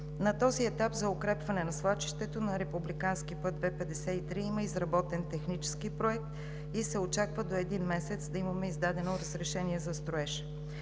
На този етап за укрепване на свлачището на републикански път II-53 има изработен Технически проект и се очаква до един месец да има издадено разрешение за строеж.